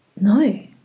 No